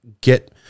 get